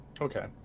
Okay